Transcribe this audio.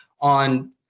on